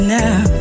now